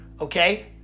okay